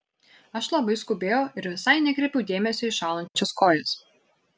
aš labai skubėjau ir visai nekreipiau dėmesio į šąlančias kojas